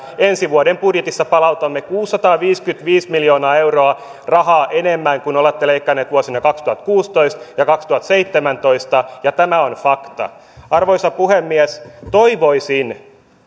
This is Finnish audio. ensi vuoden budjetissa palautamme kuusisataaviisikymmentäviisi miljoonaa euroa rahaa enemmän kuin olette leikanneet vuosina kaksituhattakuusitoista ja kaksituhattaseitsemäntoista ja tämä on fakta arvoisa puhemies toivoisin